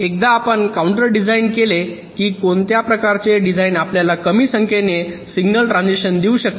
एकदा आपण counter design केले की कोणत्या प्रकारचे डिझाइन आपल्याला कमी संख्येने सिग्नल ट्रान्झिशन देऊ शकते